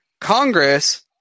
Congress